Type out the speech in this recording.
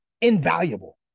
invaluable